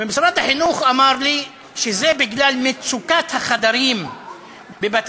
ומשרד החינוך אמר לי שזה בגלל מצוקת החדרים בבתי-הספר,